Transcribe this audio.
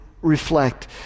reflect